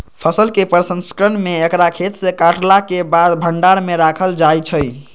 फसल के प्रसंस्करण में एकरा खेतसे काटलाके बाद भण्डार में राखल जाइ छइ